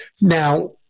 now